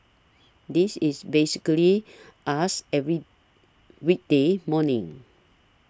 this is basically us every weekday morning